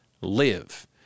live